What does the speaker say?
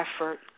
effort